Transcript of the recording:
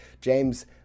James